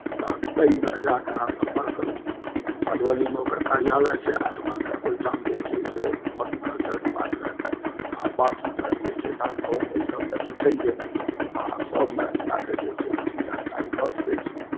ताहिमे जाके अहाँ सम्पर्क करू मधुबनीमे ओकर कार्यालय छै अहाँकेँ ओहिठाम जे छै से एग्रीकल्चर डिपार्टमेन्ट बाँकी तऽ जे छै धान गहूम एहिसभ लेल तऽ छैहे अहाँ सभमे जा के जे छै जानकारी लऽ सकैत छी